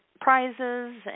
prizes